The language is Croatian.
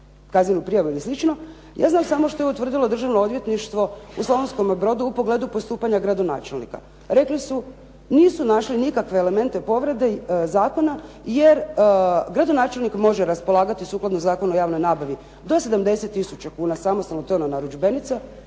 kaznenu prijavu i sličnu, ja znam samo što je utvrdilo Državno odvjetništvo u Slavonskome brodu u pogledu postupanja gradonačelnika. Rekli su nisu našli nikakve elemente povrede zakona jer gradonačelnik može raspolagati, sukladno Zakonu o javnoj nabavi, do 70 tisuća kuna samostalno, to je ona narudžbenica